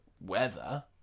weather